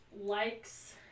likes –